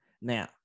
Now